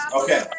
Okay